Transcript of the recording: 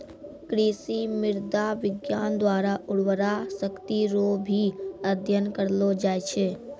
कृषि मृदा विज्ञान द्वारा उर्वरा शक्ति रो भी अध्ययन करलो जाय छै